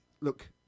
Look